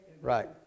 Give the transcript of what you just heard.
right